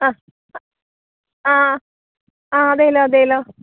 ആ ആ ആ അതേല്ലോ അതേല്ലോ